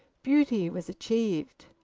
beauty was achieved,